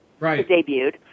debuted